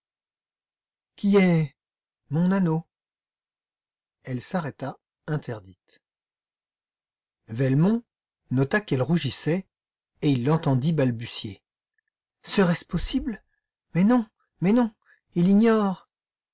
qui est mon anneau elle s'arrêta interdite velmont nota qu'elle rougissait et il l'entendit balbutier serait-ce possible mais non mais non il ignore